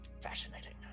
Fascinating